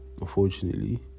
Unfortunately